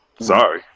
Sorry